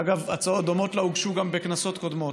אגב, הצעות דומות לה הוגשו גם בכנסות קודמות.